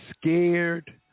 scared